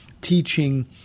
teaching